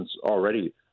already